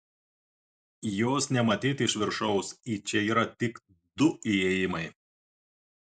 jos nematyti iš viršaus į čia yra tik du įėjimai